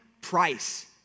price